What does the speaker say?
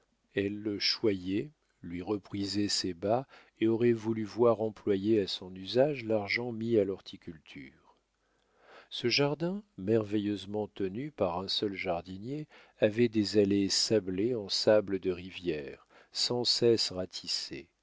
elle le choyait lui reprisait ses bas et aurait voulu voir employer à son usage l'argent mis à l'horticulture ce jardin merveilleusement tenu par un seul jardinier avait des allées sablées en sable de rivière sans cesse